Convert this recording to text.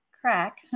crack